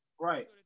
Right